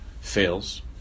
fails